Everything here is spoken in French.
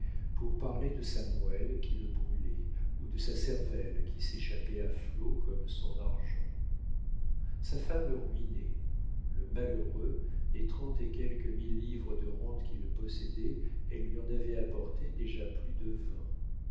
pour parler de sa moelle qui le brûlait ou de sa cervelle qui s'échappait à flots comme son argent sa femme le ruinait le malheureux des trente et quelques mille livres de rentes qu'il possédait elle lui en avait apporté déjà plus de vingt